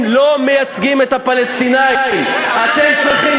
הזאת, רוצים